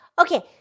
Okay